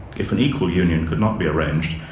if an equal union could not be arranged,